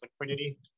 liquidity